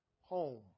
home